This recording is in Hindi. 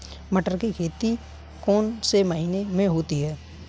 मटर की खेती कौन से महीने में होती है?